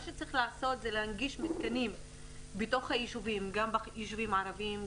מה שצריך לעשות זה להנגיש מתקנים בתוך היישובים גם ביישובים הערביים,